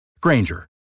Granger